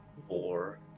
Four